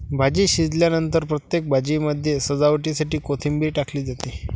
भाजी शिजल्यानंतर प्रत्येक भाजीमध्ये सजावटीसाठी कोथिंबीर टाकली जाते